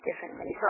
differently